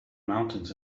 mountains